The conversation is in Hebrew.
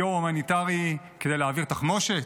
ששיירה הומניטרית נתפסה כשהיא מעבירה תחמושת,